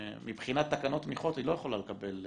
שמבחינת תקנות תמיכות היא לא יכולה לקבל תמיכות?